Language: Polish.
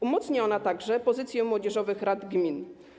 Umacnia się także pozycję młodzieżowych rad gmin.